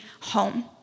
home